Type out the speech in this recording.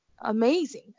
amazing